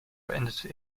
beendete